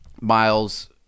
Miles